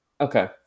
Okay